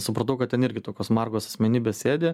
supratau kad ten irgi tokios margos asmenybės sėdi